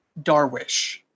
Darwish